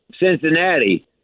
cincinnati